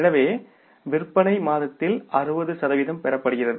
எனவே விற்பனை மாதத்தில் 60 சதவீதம் பெறப்படுகிறது